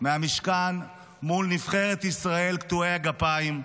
מהמשכן מול נבחרת ישראל קטועי הגפיים,